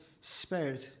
spared